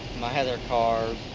my other car.